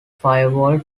firewall